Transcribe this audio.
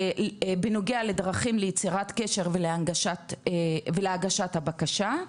בנוגע לדרכים ליצירת קשר ולהגשת הבקשה.